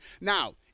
Now